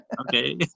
Okay